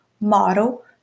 model